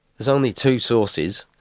there's only two sources,